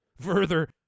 Further